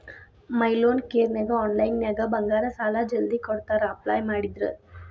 ಮೈ loan ಕೇರನ್ಯಾಗ ಆನ್ಲೈನ್ನ್ಯಾಗ ಬಂಗಾರ ಸಾಲಾ ಜಲ್ದಿ ಕೊಡ್ತಾರಾ ಅಪ್ಲೈ ಮಾಡಿದ್ರ